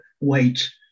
wait